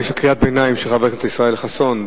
יש קריאת ביניים של חבר הכנסת ישראל חסון,